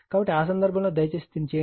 కాబట్టి ఆ సందర్భంలో దయచేసి దీన్ని చేయండి